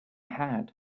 had